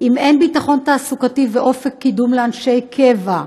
אם אין ביטחון תעסוקתי ואופק קידום לאנשי קבע,